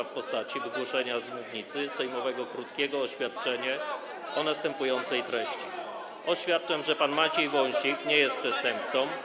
w postaci wygłoszenia z mównicy sejmowej krótkiego oświadczenia o następującej treści: „Oświadczam, że pan Maciej Wąsik nie jest przestępcą.